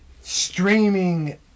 streaming